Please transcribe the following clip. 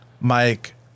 Mike